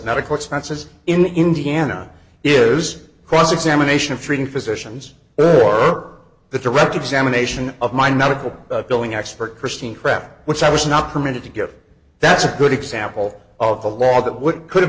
medical expenses in indiana is cross examination of treating physicians or the direct examination of my medical billing expert christine craft which i was not permitted to give that's a good example of the law that would